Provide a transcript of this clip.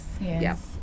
Yes